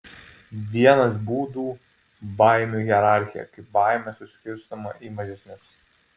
vienas būdų baimių hierarchija kai baimė suskirstoma į mažesnes